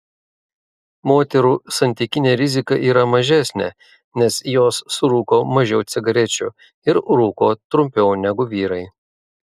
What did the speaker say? moterų santykinė rizika yra mažesnė nes jos surūko mažiau cigarečių ir rūko trumpiau negu vyrai